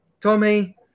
Tommy